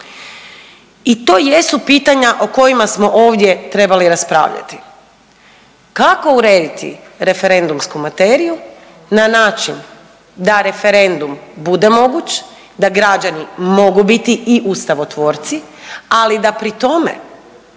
I to jesu pitanja o kojima smo ovdje trebali raspravljati. Kako urediti referendumsku materiju na način da referendum bude moguć, da građani mogu biti i ustavotvorci, ali da pri tome,